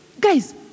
Guys